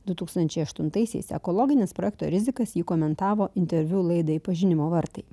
du tūkstančiai aštuntaisiais ekologines projekto rizikas ji komentavo interviu laidai pažinimo vartai